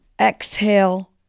exhale